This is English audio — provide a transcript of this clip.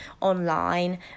online